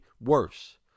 worse